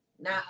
Now